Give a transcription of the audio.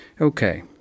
Okay